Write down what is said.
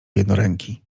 jednoręki